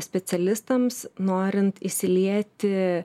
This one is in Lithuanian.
specialistams norint įsilieti